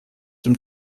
dem